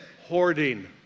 hoarding